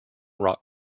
rock